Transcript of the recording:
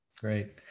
Great